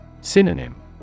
Synonym